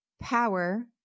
Power